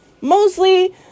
Mostly